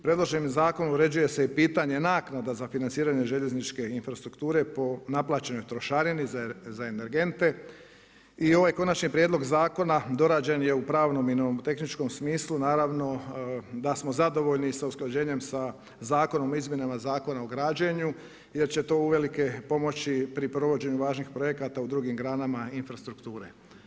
Predloženim zakonom uređuje se i pitanje naknada za financiranje željezničke infrastrukture po naplaćenoj trošarini, za energente i ovaj konačni prijedlog zakona dorađen je u pravno i novo-tehničkom smislu, naravno da smo zadovoljni sa usklađenjem sa zakonom o izmjenama Zakona o građenju jer će to uvelike pomoći pri provođenju važnih projekata u drugim granama infrastrukture.